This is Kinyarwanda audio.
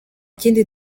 kindi